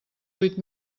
huit